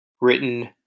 written